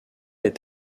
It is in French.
est